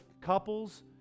couples